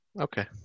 okay